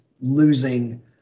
losing